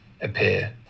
appear